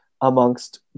amongst